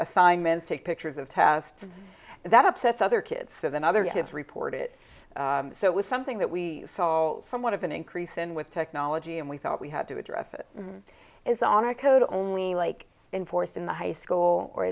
assignments take pictures of tests that upsets other kids than other kids report it so it was something that we saw somewhat of an increase in with technology and we thought we had to address it is on a code only like in fourth in the high school or